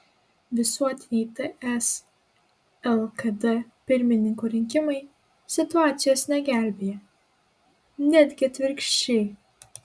visuotiniai ts lkd pirmininko rinkimai situacijos negelbėja netgi atvirkščiai